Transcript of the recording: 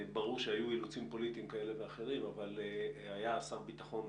ברור שהיו אילוצים פוליטיים כאלה ואחרים אבל היה שר ביטחון